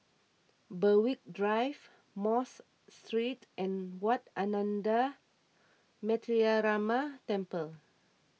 Berwick Drive Mosque Street and Wat Ananda Metyarama Temple